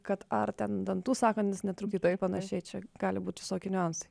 kad ar ten dantų sąkandis netrukdytų ir panašiai čia gali būti visokių niuansų